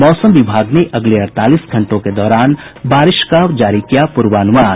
मौसम विभाग ने अगले अड़तालीस घंटों के दौरान बारिश का जारी किया पूर्वान्मान